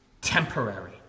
temporary